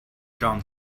john